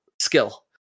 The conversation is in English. skill